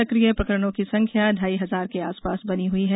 सकिय प्रकरणों की संख्या ढ़ाई हजार के आसपास बनी हुई है